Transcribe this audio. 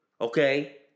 okay